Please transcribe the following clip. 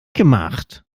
gemacht